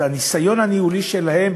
אז הניסיון הניהולי שלהם